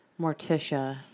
Morticia